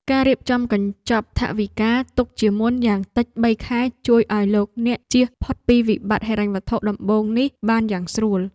ការរៀបចំកញ្ចប់ថវិកាទុកជាមុនយ៉ាងតិចបីខែជួយឱ្យលោកអ្នកជៀសផុតពីវិបត្តិហិរញ្ញវត្ថុដំបូងនេះបានយ៉ាងស្រួល។